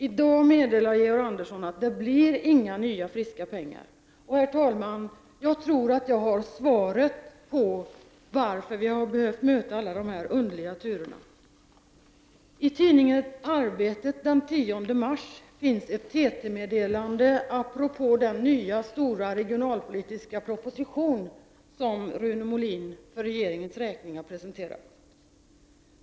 I dag meddelar Georg Andersson att det blir inga nya friska pengar. Herr talman! Jag tror att jag har svaret på varför vi har behövt möta alla dessa underliga turer. I tidningen Arbetet den 10 mars finns ett TT-meddelande apropå den nya stora regionalpolitiska proposition som Rune Molin för regeringens räkning har presenterat.